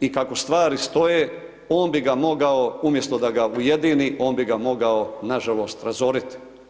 i kako stvari stoje, on bi ga mogao umjesto da ga ujedini, on bi ga mogao nažalost razorit.